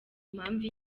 mpamvu